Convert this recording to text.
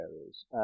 areas